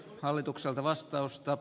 herra puhemies